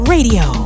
Radio